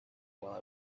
while